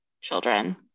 children